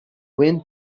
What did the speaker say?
wind